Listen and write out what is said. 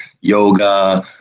yoga